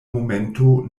momento